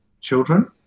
children